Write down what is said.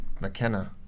McKenna